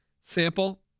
sample